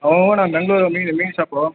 ಹ್ಞೂ ಅಣ್ಣ ಮಂಗಳೂರು ಮೀನು ಮೀನು ಶಾಪು